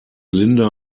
linda